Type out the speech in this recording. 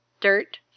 Dirt